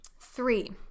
Three